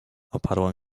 oparłem